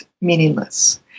meaningless